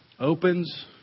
Opens